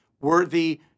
worthy